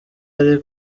ari